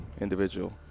Individual